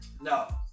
no